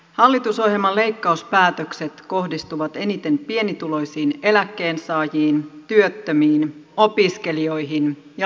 hallitusohjelman leikkauspäätökset kohdistuvat eniten pienituloisiin eläkkeensaajiin työttömiin opiskelijoihin ja lapsiperheisiin